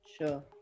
Sure